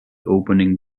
opening